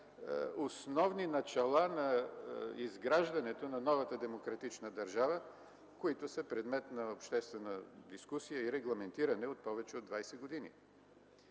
основни начала на изграждането на новата демократична държава, които са предмет на обществена дискусия и регламентиране повече от 20 години.